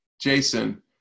Jason